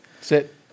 Sit